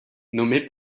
nommé